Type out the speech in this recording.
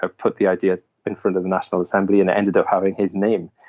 ah put the idea in front of the national assembly, and it ended up having his name.